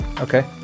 okay